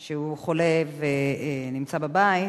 שהוא חולה ונמצא בבית,